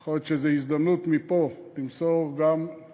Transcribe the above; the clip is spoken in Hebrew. יכול להיות שזו הזדמנות גם למסור מפה,